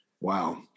Wow